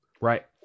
right